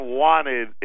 wanted